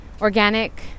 organic